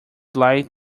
light